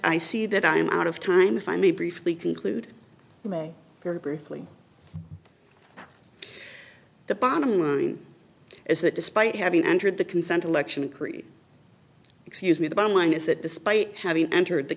i see that i am out of time if i may briefly conclude very briefly the bottom line is that despite having entered the consent election in cre excuse me the bottom line is that despite having entered the